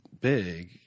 big